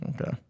Okay